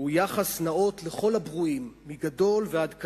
הוא יחס נאות לכל הברואים, מגדול ועד קטן.